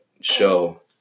show